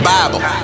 Bible